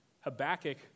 Habakkuk